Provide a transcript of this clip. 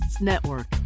Network